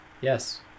Yes